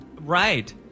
Right